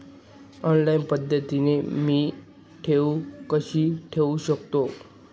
Online पद्धतीने मी ठेव कशी ठेवू शकतो?